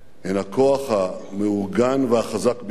הן הכוח המאורגן והחזק ביותר,